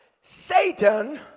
Satan